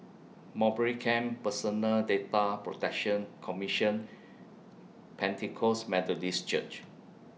Mowbray Camp Personal Data Protection Commission Pentecost Methodist Church